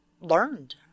learned